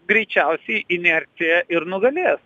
greičiausiai inercija ir nugalės